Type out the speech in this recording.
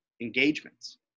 engagements